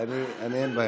אין בעיה.